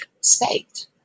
state